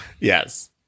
Yes